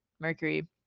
Mercury